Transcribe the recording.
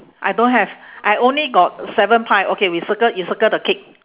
I don't have I only got seven pie okay we circle you circle the cake